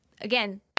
again